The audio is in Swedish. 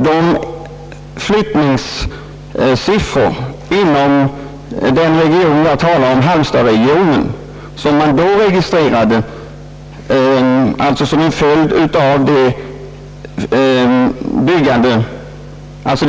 De flyttningssiffror inom den region jag talar om, Halmstadsregionen, som man då registrerade som en följd av det